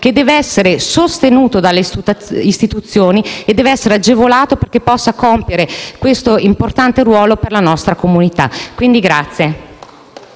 che deve essere sostenuto dalle istituzioni e deve essere agevolato affinché possa svolgere questo importante ruolo per la nostra comunità. Quindi, grazie